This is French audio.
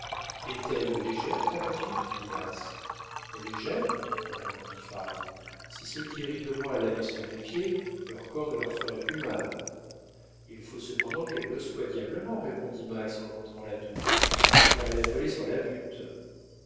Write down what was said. est-elle légère ta voiture dit max légère répondit fario si ceux qui rient de moi l'avaient sur les pieds leurs cors ne leur feraient plus mal il faut cependant qu'elle le soit diablement répondit max en montrant la tour car elle a volé sur la butte